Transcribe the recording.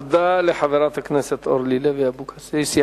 תודה לחברת הכנסת אורלי לוי אבקסיס.